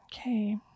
okay